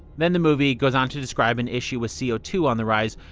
then the movie goes on to describe an issue with c o two on the rise.